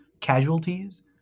casualties